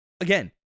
again